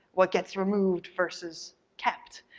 what gets removed versus kept.